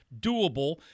doable